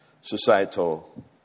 societal